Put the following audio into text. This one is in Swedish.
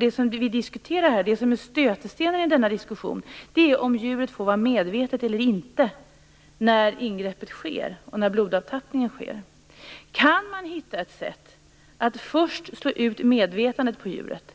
Det som vi diskuterar här, det som är stötestenen i denna diskussion, är om djuret får vara vid medvetande eller inte när ingreppet och blodavtappningen sker. Kan man hitta ett sätt att först slå ut medvetandet på djuret